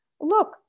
look